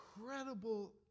incredible